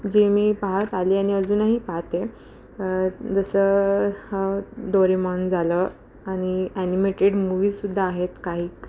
जे मी पाहत आली आणि अजूनही पाहते जसं हाव डोरेमॉन झालं आणि ॲनिमेटेड मूव्हीसुद्धा आहेत काही